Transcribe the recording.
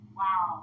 wow